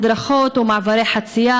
מדרכות ומעברי חציה?